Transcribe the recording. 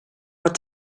what